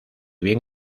bien